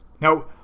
Now